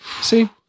See